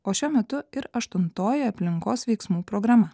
o šiuo metu ir aštuntoji aplinkos veiksmų programa